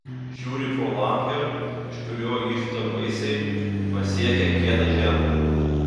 žiūri pro langą už kurio yžta vaisiai pasiekę kietą žemę